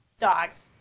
Dogs